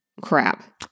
crap